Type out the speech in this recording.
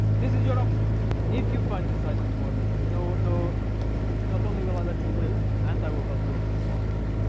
this is your option if you find this item for me no, no not only will i let you live and i will help you open your box.